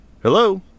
Hello